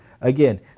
Again